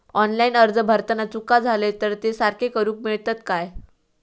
Online अर्ज भरताना चुका जाले तर ते सारके करुक मेळतत काय?